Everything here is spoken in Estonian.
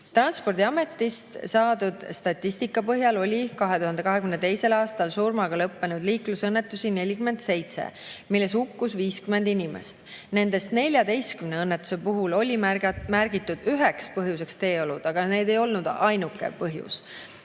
Transpordiametist saadud statistika põhjal oli 2022. aastal surmaga lõppenud liiklusõnnetusi 47, milles hukkus 50 inimest. Nendest 14 õnnetuse puhul oli märgitud üheks põhjuseks teeolud, aga see ei olnud ainuke põhjus.